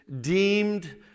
deemed